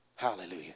Hallelujah